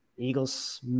Eagles